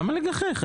למה לגחך?